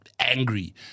angry